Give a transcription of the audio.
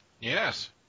Yes